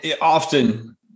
often